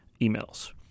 emails